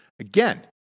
Again